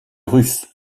russes